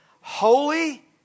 Holy